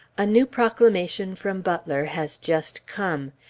a new proclamation from butler has just come.